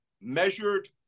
measured